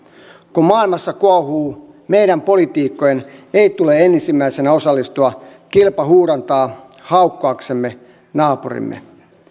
kun maailmassa kuohuu meidän poliitikkojen ei tule ensimmäisenä osallistua kilpahuudantaan haukkuaksemme naapurimme